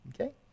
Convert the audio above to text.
Okay